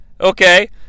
Okay